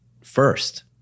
first